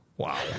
wow